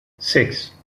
six